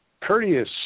courteous